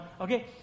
Okay